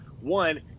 One